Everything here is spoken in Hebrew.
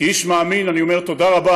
כאיש מאמין, אני אומר תודה רבה